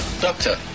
doctor